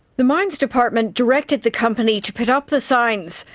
the mines department directed the company to put up the signs,